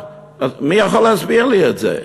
מי יכול להסביר לי את זה?